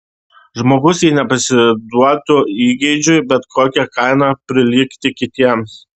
žmogus jei nepasiduotų įgeidžiui bet kokia kaina prilygti kitiems